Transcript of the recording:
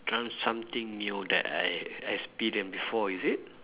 try something new that I experience before is it